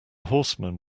horseman